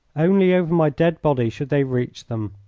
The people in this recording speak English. only over my dead body should they reach them.